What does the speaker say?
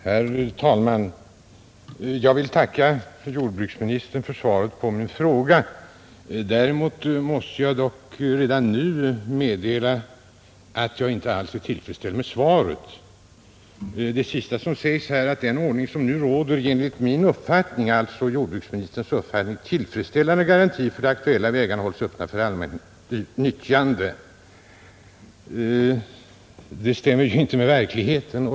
Herr talman! Jag vill tacka jordbruksministern för svaret på min fråga. Däremot måste jag dock redan nu meddela att jag inte alls är tillfredsställd med svaret. Det sista som sägs, nämligen att den ordning som nu råder enligt jordbruksministerns uppfattning ger en tillfredsställande garanti för att de aktuella vägarna hålls öppna för allmänt nyttjande, stämmer ju inte alls med verkligheten.